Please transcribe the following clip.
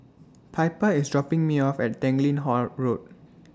Piper IS dropping Me off At Tanglin Halt Road